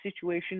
situation